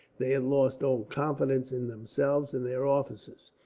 they had lost all confidence in themselves and their officers,